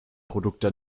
produkte